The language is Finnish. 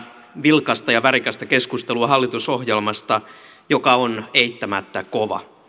vilkasta ja värikästä keskustelua hallitusohjelmasta joka on eittämättä kova